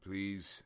Please